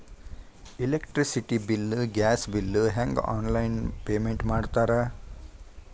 electricity bill gas bill ಹೆಂಗ online payment ಮಾಡ್ತಾರಾ